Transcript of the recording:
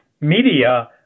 media